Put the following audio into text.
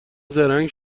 زرنگ